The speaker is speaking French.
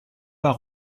pas